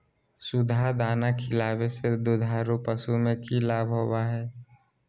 सुधा दाना खिलावे से दुधारू पशु में कि लाभ होबो हय?